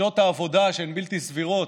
שעות העבודה שהן בלתי סבירות.